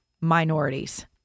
minorities